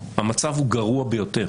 המצב הוא גרוע ביותר.